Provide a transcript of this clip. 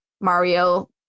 Mario